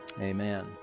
amen